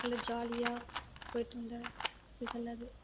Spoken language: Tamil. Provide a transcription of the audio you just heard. நல்லா ஜாலியாக போயிட்டு இருந்த சீசன் அது